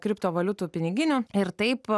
kriptovaliutų piniginių ir taip